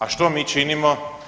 A što mi činimo?